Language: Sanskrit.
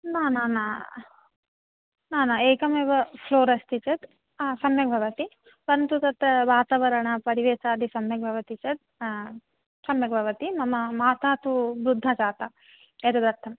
न न न न न एकमेव फ़्लोर् अस्ति चेत् सम्यक् भवति परन्तु तत्र वातवरण परिवेषादि सम्यक् भवति चेत् सम्यक् भवति मम माता तु वृद्धा जाता एतदर्थम्